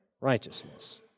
righteousness